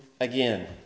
again